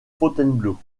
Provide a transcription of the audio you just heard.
fontainebleau